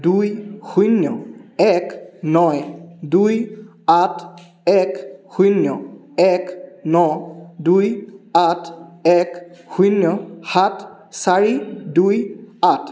দুই শূন্য এক ন দুই আঠ এক শূন্য এক ন দুই আঠ এক শূন্য সাত চাৰি দুই আঠ